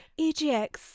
EGX